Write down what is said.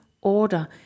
order